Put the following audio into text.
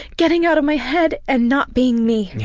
getting out of my head and not being me. yeah,